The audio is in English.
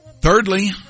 Thirdly